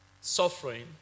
suffering